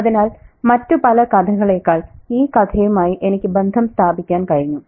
അതിനാൽ മറ്റു പല കഥകളേക്കാൾ ഈ കഥയുമായി എനിക്ക് ബന്ധം സ്ഥാപിക്കാൻ കഴിഞ്ഞു